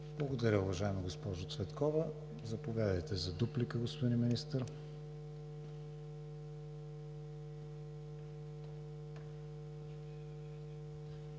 Благодаря Ви, уважаема госпожо Цветкова. Заповядайте за дуплика, господин Министър.